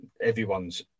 everyone's